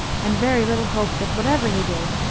and very little hope that, whatever he did,